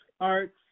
arts